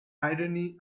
irony